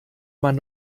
man